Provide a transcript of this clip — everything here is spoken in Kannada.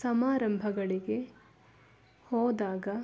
ಸಮಾರಂಭಗಳಿಗೆ ಹೋದಾಗ